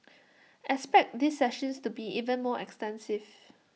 expect these sessions to be even more extensive